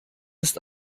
ist